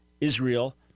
Israel